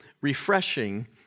refreshing